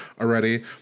already